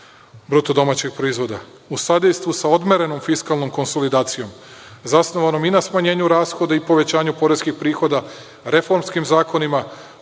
bruto domaćeg proizvoda. U sadejstvu sa odmerenom fiskalnom konsolidacijom zasnovanom i na smanjenju rashoda i povećanju poreskih prihoda, reformskim zakonima,